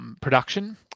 production